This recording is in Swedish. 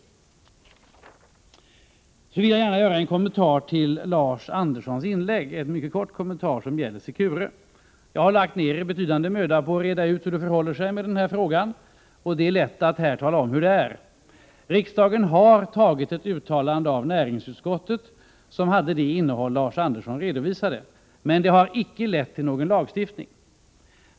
Jag vill gärna göra en kommentar till Lars Anderssons inlägg, en mycket kort kommentar som gäller Secure. Jag har lagt ned betydande möda på att reda ut hur det förhåller sig med denna fråga. Det är lätt att här tala om hur det är. Riksdagen har godtagit ett uttalande av näringsutskottet, som har det innehåll som Lars Andersson redovisade. Men det har inte lett till någon lagstiftning.